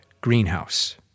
greenhouse